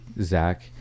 Zach